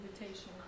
invitation